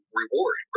reward